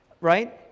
right